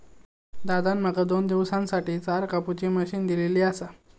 दादान माका दोन दिवसांसाठी चार कापुची मशीन दिलली आसा